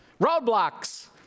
Roadblocks